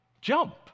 Jump